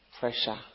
pressure